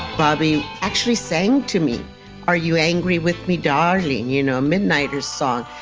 bobby actually sang to me are you angry with me, darling? you know, a midniters' song.